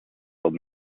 old